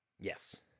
yes